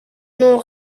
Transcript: n’ont